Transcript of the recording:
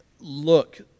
look